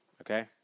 Okay